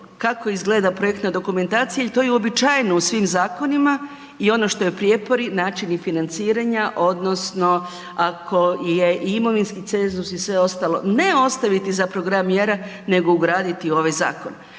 kako izgleda projektna dokumentacija i to je uobičajeno u svim zakonima i ono što je prijepor načini financiranja odnosno ako je i imovinski cenzus i sve ostalo, ne ostaviti za program mjera nego ugraditi u ovaj zakon.